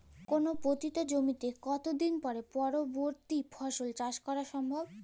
কোনো পতিত জমিতে কত দিন পরে পরবর্তী ফসল চাষ করা সম্ভব?